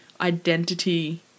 identity